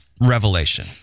revelation